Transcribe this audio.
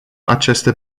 aceste